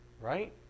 Right